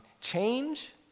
change